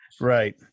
Right